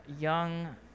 young